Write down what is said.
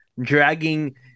dragging